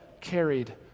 carried